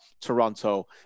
Toronto